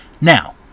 Now